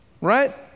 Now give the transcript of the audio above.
right